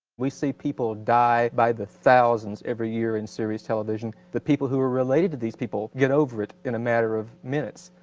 we see people die by the thousands every year in series television. the people who are related to these people get over it in a matter of minutes.